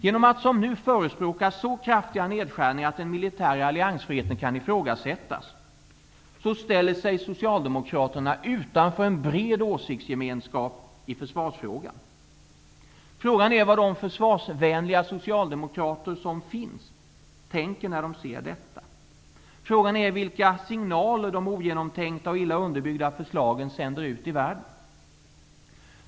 Genom att, som nu, förespråka så kraftiga nedskärningar att den militära alliansfriheten kan ifrågasättas ställer sig Socialdemokraterna utanför en bred åsiktsgemenskap i försvarsfrågan. Frågan är vad de försvarsvänliga socialdemokrater som finns tänker när de ser detta? Frågan är vilka signaler de ogenomtänkta och illa underbyggda förslagen sänder ut i världen.